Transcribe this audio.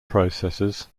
processes